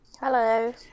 Hello